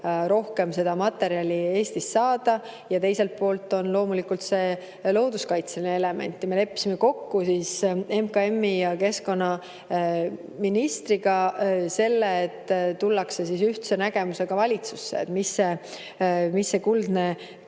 rohkem seda materjali Eestist saada, ja teiselt poolt on loomulikult see looduskaitseline [aspekt]. Me leppisime kokku MKM‑i ja keskkonnaministriga selles, et tullakse ühtse nägemusega valitsusse, mis see kuldne